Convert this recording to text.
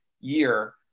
year